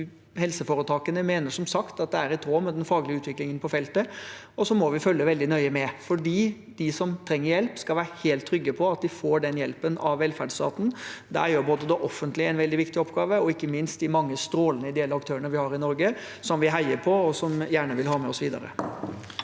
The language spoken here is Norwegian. Helseforetakene mener som sagt at det er i tråd med den faglige utviklingen på feltet. Så må vi følge veldig nøye med, for de som trenger hjelp, skal være helt trygge på at de får den hjelpen av velferdsstaten. Der gjør det offentlige en veldig viktig oppgave, og ikke minst de mange strålende ideelle aktørene vi har i Norge, som vi heier på, og som vi gjerne vil ha med oss videre.